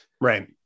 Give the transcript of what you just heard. Right